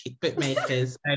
bookmakers